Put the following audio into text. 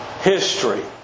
history